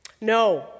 No